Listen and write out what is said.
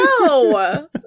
no